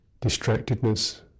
distractedness